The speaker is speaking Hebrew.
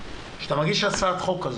כשאתה מגיש הצעת חוק כזאת,